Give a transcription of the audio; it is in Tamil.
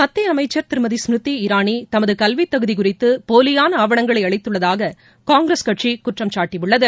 மத்திய அமைச்சர் திருமதி ஸ்மிருதி இரானி தமது கல்வித்தகுதி குறித்து போலியான ஆவணங்களை அளித்துள்ளதாக காங்கிரஸ் கட்சி குற்றம் சாட்டியுள்ளது